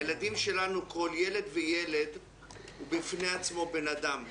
כל ילד וילד הוא בן אדם בפני עצמו,